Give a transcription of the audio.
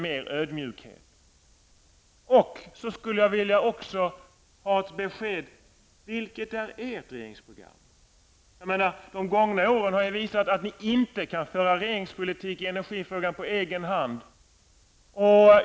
Jag skulle också vilja ha besked om ert regeringsprogram. Vilket är det? De gångna åren har ju visat att ni inte kan föra regeringspolitik i energifrågan på egen hand.